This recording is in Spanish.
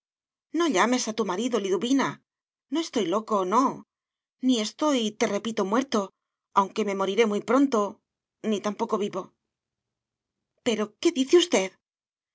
no llames a tu marido liduvina y no estoy loco no ni estoy te repito muerto aunque me moriré muy pronto ni tampoco vivo pero qué dice usted